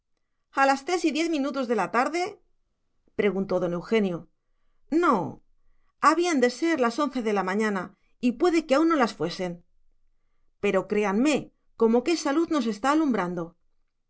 a las tres y diez minutos de la tarde preguntó don eugenio no habían de ser las once de la mañana y puede que aún no las fuesen pero créanme como que esa luz nos está alumbrando